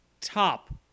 top